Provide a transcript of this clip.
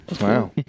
Wow